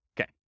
Okay